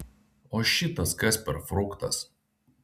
o šitas kas per fruktas